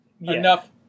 enough